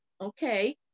okay